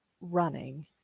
running